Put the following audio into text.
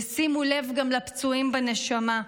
ושימו לב גם לפצועים בנשמה.